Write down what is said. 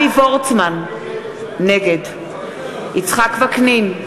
נגד יצחק וקנין,